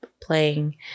playing